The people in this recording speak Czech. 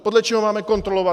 Podle čeho máme kontrolovat?